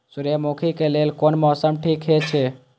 सूर्यमुखी के लेल कोन मौसम ठीक हे छे?